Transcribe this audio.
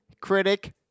critic